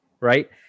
Right